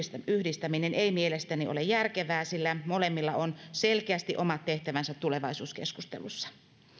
yhdistäminen ei mielestäni ole järkevää sillä molemmilla on selkeästi omat tehtävänsä tulevaisuuskeskustelussa